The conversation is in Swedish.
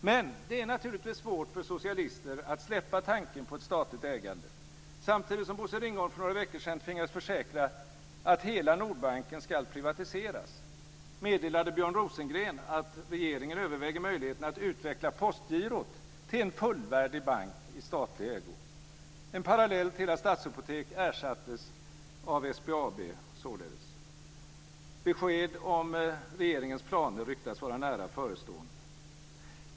Det är dock naturligtvis svårt för socialister att släppa tanken på ett statligt ägande. Samtidigt som Bosse Ringholm för några veckor sedan tvingades försäkra att hela Nordbanken ska privatiseras meddelade Björn Rosengren att regeringen överväger möjligheten att utveckla Postgirot till en fullvärdig bank i statlig ägo - således en parallell till att Stadshypotek ersattes av SBAB. Besked om regeringens planer ryktas vara nära förestående.